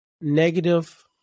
negative